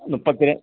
മുപ്പത്തി രണ്ട്